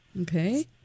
Okay